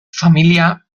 familia